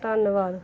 ਧੰਨਵਾਦ